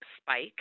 spike